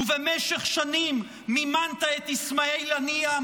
ובמשך שנים מימנת את איסמעיל הנייה,